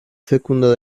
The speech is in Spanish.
fecunda